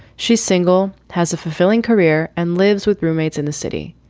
she's single, has a fulfilling career and lives with roommates in the city.